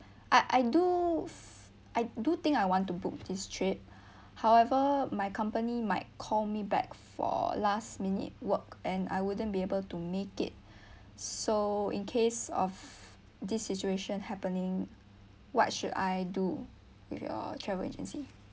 I I do I do think I want to book this trip however my company might call me back for last minute work and I wouldn't be able to make it so in case of this situation happening what should I do with your travel agency